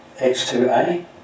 X2A